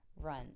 Run